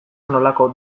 nolako